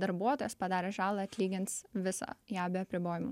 darbuotojas padaręs žalą atlygins visą ją be apribojimų